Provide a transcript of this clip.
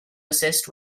assist